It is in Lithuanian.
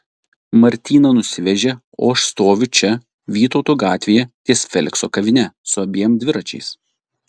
martyną nusivežė o aš stoviu čia vytauto gatvėje ties felikso kavine su abiem dviračiais